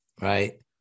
right